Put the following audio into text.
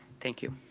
thank you.